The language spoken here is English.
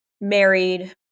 married